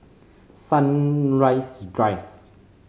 Sunrise Drive